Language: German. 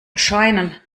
erscheinen